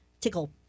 tickle